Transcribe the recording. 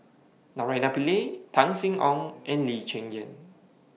Naraina Pillai Tan Sin Aun and Lee Cheng Yan